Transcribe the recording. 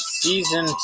Season